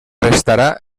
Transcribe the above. restarà